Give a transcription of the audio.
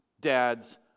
dads